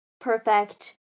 perfect